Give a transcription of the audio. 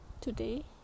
today